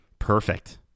Perfect